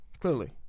clearly